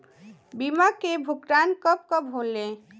बीमा के भुगतान कब कब होले?